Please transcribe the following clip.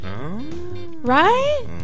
Right